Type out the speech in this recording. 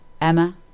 Emma